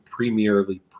premierly